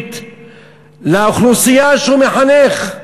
חינוכית לאוכלוסייה שהוא מחנך.